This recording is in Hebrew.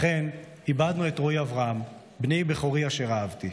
לכן איבדנו את רועי אברהם, בני בכורי אשר אהבתי.